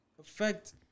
affect